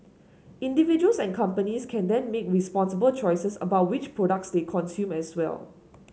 individuals and companies can then make responsible choices about which products they consume as well